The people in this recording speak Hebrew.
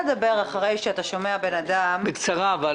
קשה לדבר אחרי שאתה שומע בן אדם שנאבק